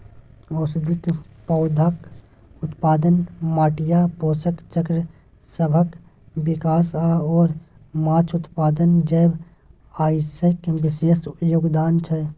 औषधीय पौधाक उत्पादन, माटिक पोषक चक्रसभक विकास आओर माछ उत्पादन जैव आश्रयक विशेष योगदान छै